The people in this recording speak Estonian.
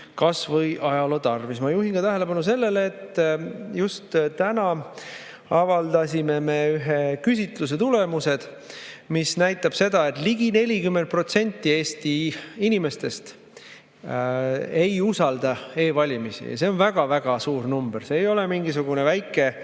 kas või ajaloo tarvis. Ma juhin ka tähelepanu sellele, et just täna avaldasime me ühe küsitluse tulemused, mis näitavad seda, et ligi 40% Eesti inimestest ei usalda e-valimisi. Ja see on väga suur number. See ei ole mingisugune väike